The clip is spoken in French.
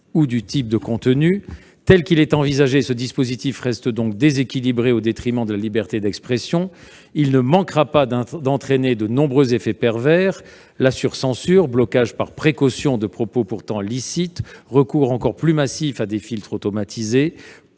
ou du type de contenus. Ainsi, le dispositif envisagé reste déséquilibré au détriment de la liberté d'expression. Il ne manquera pas d'entraîner de nombreux effets pervers : sur-censure, c'est-à-dire blocage par précaution de propos pourtant licites, recours encore plus massif à des filtres automatisés,